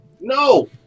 No